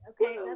Okay